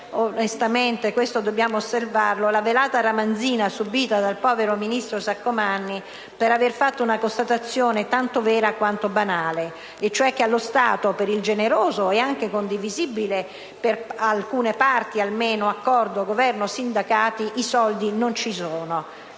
stupisce - questo dobbiamo osservarlo - la velata ramanzina subita dal povero ministro Saccomanni per aver fatto una constatazione tanto vera quanto banale, cioè che, allo stato, per il generoso e anche condivisibile, almeno per alcune parti, accordo Governo-sindacati, i soldi non ci sono.